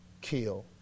kill